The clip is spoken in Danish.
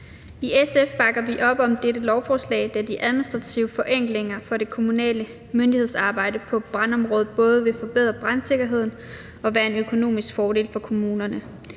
I SF bakker vi op om dette lovforslag, da de administrative forenklinger af det kommunale myndighedsarbejde på brandområdet både vil forbedre brandsikkerheden og være en økonomisk fordel for kommunerne.